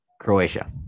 Croatia